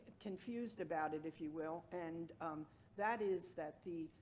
confused about it, if you will, and that is that the,